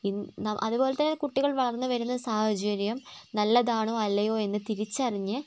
ഇന്ന് അതുപോലത്തെ കുട്ടികൾ വളർന്ന് വരുന്ന സാഹചര്യം നല്ലതാണോ അല്ലയോ എന്ന് തിരിച്ചറിഞ്ഞ്